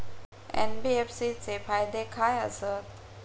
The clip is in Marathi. एन.बी.एफ.सी चे फायदे खाय आसत?